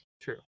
True